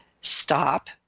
Stop